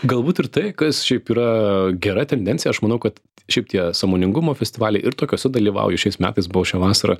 galbūt ir tai kas šiaip yra gera tendencija aš manau kad šiaip tie sąmoningumo festivaliai ir tokiuose dalyvauju šiais metais buvau šią vasarą